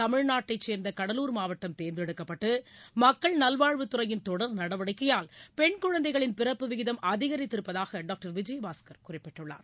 தமிழ்நாட்டைச் சேர்ந்த கடலூர் மாவட்டம் தேர்ந்தெடுக்கப்பட்டு மக்கள் அதில் நல்வாழ்வுத்துறையின் தொடர் நடவடிக்கையால் பெண் குழந்தைகளின் பிறப்பு விகிதம் அதிகரித்திருப்பதாக டாக்டர் விஜயபாஸ்கர் குறிப்பிட்டுள்ளார்